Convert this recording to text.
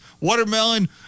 Watermelon